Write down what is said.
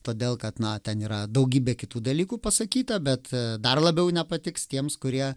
todėl kad na ten yra daugybė kitų dalykų pasakyta bet dar labiau nepatiks tiems kurie